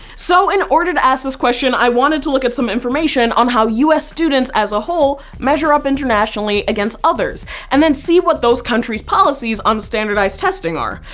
so in order to ask this question, i wanted to look at some information on how u s. students, as a whole, measure up internationally against others and then see what those countries' policies on standardized testing are.